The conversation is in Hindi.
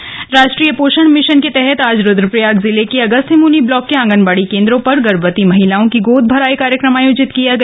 राष्ट्रीय पोषण मिशन राष्ट्रीय पोषण मिशन के तहत आज रूद्रप्रयाग जिले के अगस्त्यमुनि ब्लाक के आंगनवाड़ी केन्द्रों पर गर्भवती महिलाओं की गोद भराई कार्यक्रम आयोजित किया गया